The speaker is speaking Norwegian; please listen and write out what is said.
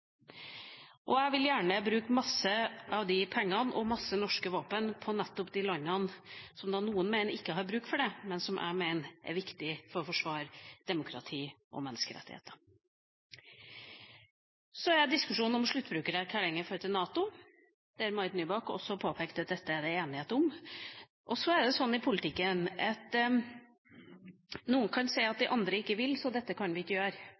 Jeg vil gjerne bruke mye av de pengene og mange norske våpen på nettopp de landene som noen mener ikke har bruk for det, men som jeg mener er viktige for å forsvare demokrati og menneskerettigheter. Så til diskusjonen om sluttbrukererklæring når det gjelder NATO, som også Marit Nybakk påpekte at det er enighet om. I politikken er det sånn at noen kan si at de andre ikke vil, så dette kan vi ikke gjøre.